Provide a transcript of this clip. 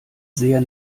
sehr